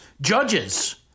judges